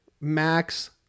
Max